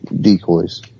decoys